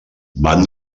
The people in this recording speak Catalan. van